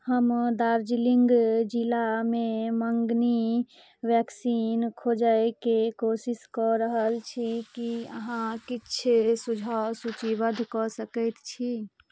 हम दार्जीलिङ्ग जिलामे मँगनी वैक्सीन खोजैके कोशिश कऽ रहल छी कि अहाँ किछु सुझाव सूचीबद्ध कऽ सकै छी